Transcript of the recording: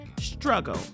struggle